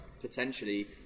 potentially